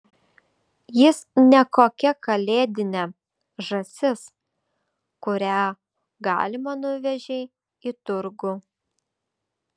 jis ne kokia kalėdinė žąsis kurią galima nuvežei į turgų